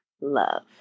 love